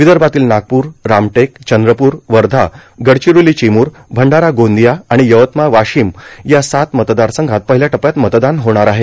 विदर्भातील नागपूर रामटेक चंद्रपूर वर्धा गडचिरोली चिमूर भंडारा गोंदिया आणि यवतमाळ वाशिम या सात मतदारसंघात पहिल्या टप्प्यात मतदान होणार आहे